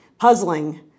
puzzling